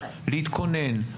להתכונן,